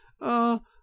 Ah